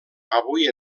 avui